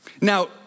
Now